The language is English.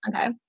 okay